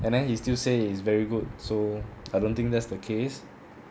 and then he still say is very good so I don't think that's the case